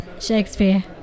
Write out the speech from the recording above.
Shakespeare